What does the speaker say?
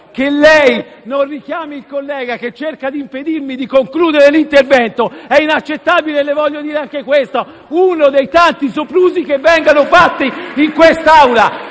Che lei non richiami il collega che cerca di impedirmi di concludere l'intervento è inaccettabile, le voglio dire anche questo, è uno dei tanti soprusi che vengono fatti in quest'Aula.